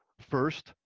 First